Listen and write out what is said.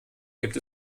gibt